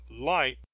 light